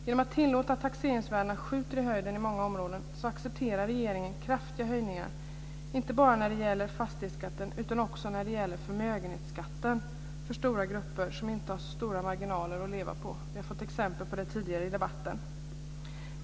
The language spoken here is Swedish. Genom att tillåta att taxeringsvärdena skjuter i höjden i många områden accepterar regeringen kraftiga höjningar, inte bara när det gäller fastighetsskatten utan också när det gäller förmögenhetsskatten, för stora grupper som inte har så stora marginaler att leva på. Vi har fått exempel på det tidigare i debatten.